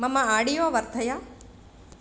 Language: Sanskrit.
मम आडियो वर्धय